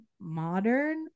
modern